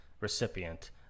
recipient